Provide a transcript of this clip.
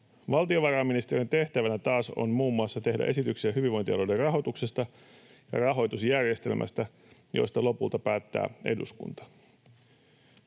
Valtiovarainministeriön tehtävänä taas on muun muassa tehdä esityksiä hyvinvointialueiden rahoituksesta ja rahoitusjärjestelmästä, joista lopulta päättää eduskunta.”